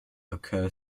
occur